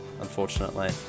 unfortunately